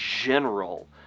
general